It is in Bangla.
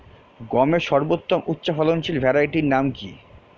গমের সর্বোত্তম উচ্চফলনশীল ভ্যারাইটি নাম কি?